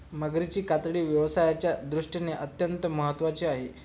मगरीची कातडी व्यवसायाच्या दृष्टीने अत्यंत महत्त्वाची आहे